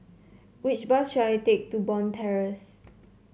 which bus should I take to Bond Terrace